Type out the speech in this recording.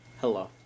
Hello